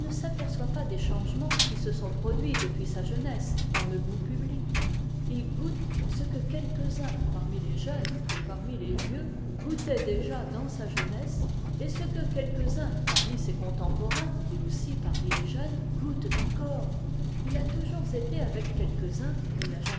ne s'aperçoit pas des changements qui se sont produits depuis sa jeunesse dans le goût public il goûte ce que quelques-uns parmi les jeunes et parmi les vieux goûtaient déjà dans sa jeunesse et ce que quelques-uns parmi ses contemporains et aussi parmi les jeunes goûtent encore il a toujours été avec quelques-uns il n'a jamais